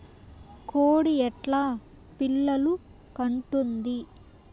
కోడి ఎట్లా పిల్లలు కంటుంది?